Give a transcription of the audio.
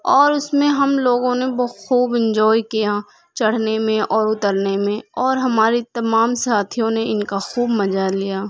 اور اس میں ہم لوگوں نے بخوب انجوائے کیا چڑھنے میں اور اترنے میں اور ہماری تمام ساتھیوں نے ان کا خوب مزہ لیا